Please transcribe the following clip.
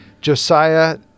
Josiah